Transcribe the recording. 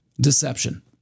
Deception